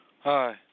Hi